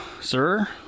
sir